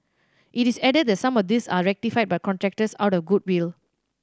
it is added that some of these are rectified by contractors out of goodwill